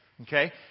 Okay